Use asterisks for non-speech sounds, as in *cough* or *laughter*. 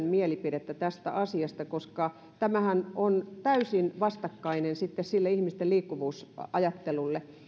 *unintelligible* mielipidettä tästä asiasta nimittäin tämähän on täysin vastakkainen sille ihmisten liikkuvuusajattelulle